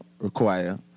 require